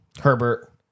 Herbert